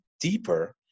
deeper